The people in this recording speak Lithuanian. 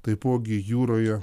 taipogi jūroje